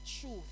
truth